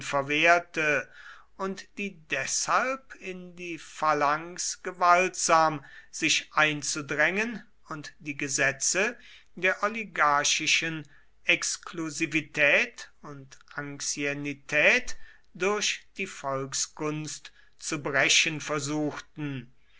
verwehrte und die deshalb in die phalanx gewaltsam sich einzudrängen und die gesetze der oligarchischen exklusivität und anciennität durch die volksgunst zu brechen versuchten